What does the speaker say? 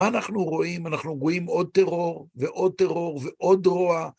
מה אנחנו רואים? אנחנו רואים עוד טרור, ועוד טרור, ועוד רוע.